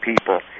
people